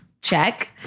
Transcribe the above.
Check